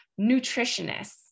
nutritionists